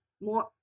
more